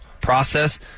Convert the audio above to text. process